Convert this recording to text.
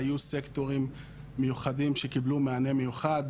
היו סקטורים מיוחדים שקיבלו מענה מיוחד,